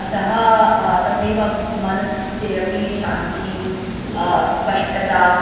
अतः तथैव मनश्चित्ते अपि शान्तिः स्पष्टता